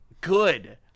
Good